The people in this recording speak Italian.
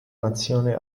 nazione